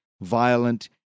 violent